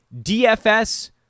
DFS